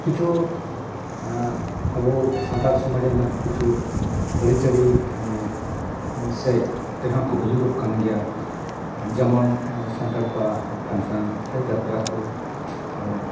ᱠᱤᱪᱷᱩ ᱟᱵᱚ ᱥᱟᱱᱛᱟᱲ ᱥᱚᱢᱟᱡᱽ ᱨᱮᱱᱟᱜ ᱠᱤᱪᱷᱩ ᱟᱹᱨᱤᱪᱟᱹᱞᱤ ᱥᱮᱫ ᱛᱮᱦᱚᱸ ᱠᱚ ᱟᱹᱭᱩᱨᱚᱜ ᱠᱟᱱ ᱜᱮᱭᱟ ᱡᱮᱢᱚᱱ ᱥᱟᱱᱛᱟᱲ ᱠᱚᱣᱟᱜ ᱯᱷᱟᱱᱥᱮᱱ ᱥᱮ ᱡᱟᱛᱨᱟ ᱠᱚ